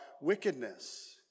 wickedness